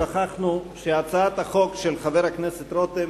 שכחנו שהצעת החוק של חבר הכנסת רותם